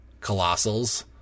Colossals